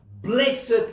blessed